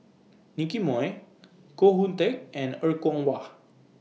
Nicky Moey Koh Hoon Teck and Er Kwong Wah